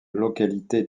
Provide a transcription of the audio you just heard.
localités